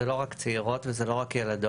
זה לא רק צעירות וזה לא רק ילדות.